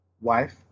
wife